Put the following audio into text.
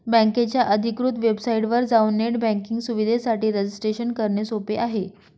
बकेच्या अधिकृत वेबसाइटवर जाऊन नेट बँकिंग सुविधेसाठी रजिस्ट्रेशन करणे सोपे आहे